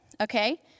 okay